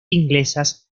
inglesas